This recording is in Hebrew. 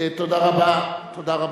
תודה רבה.